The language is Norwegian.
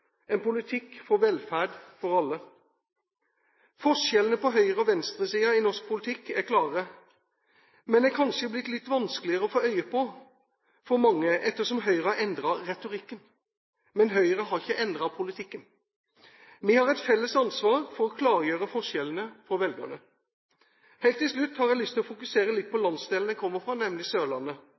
en politikk for velferd for alle. Forskjellene på høyresiden og venstresiden i norsk politikk er klare, men de er kanskje blitt litt vanskeligere å få øye på for mange ettersom Høyre har endret retorikken. Men Høyre har ikke endret politikken. Vi har et felles ansvar for å klargjøre forskjellene for velgerne. Helt til slutt har jeg lyst til å fokusere litt på landsdelen jeg kommer fra, nemlig Sørlandet.